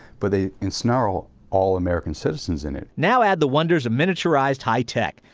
but they ensnarl all american citizens in it. now add the wonders of miniaturized high-tech.